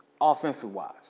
Offensive-wise